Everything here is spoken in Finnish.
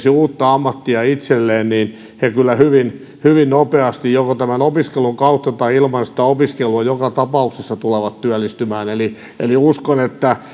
uutta ammattia itselleen kyllä hyvin nopeasti joko tämän opiskelun kautta tai ilman sitä opiskelua joka tapauksessa tulevat työllistymään uskon että